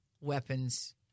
weapons